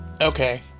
Okay